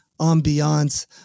ambiance